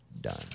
Done